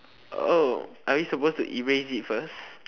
oh are we supposed to erase it first